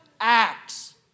acts